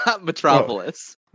Metropolis